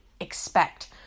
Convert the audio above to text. expect